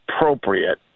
appropriate